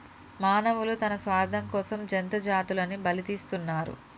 మానవులు తన స్వార్థం కోసం జంతు జాతులని బలితీస్తున్నరు